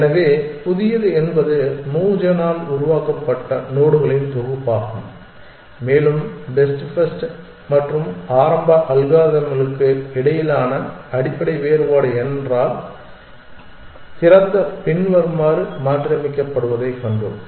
எனவே புதியது என்பது மூவ் ஜெனால் உருவாக்கப்பட்ட நோடுகளின் தொகுப்பாகும் மேலும் பெஸ்ட் ஃபர்ஸ்ட் மற்றும் ஆரம்ப அல்காரிதம்களுக்கு இடையிலான அடிப்படை வேறுபாடு என்றால் திறந்த பின்வருமாறு மாற்றியமைக்கப் படுவதைக் கண்டோம்